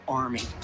army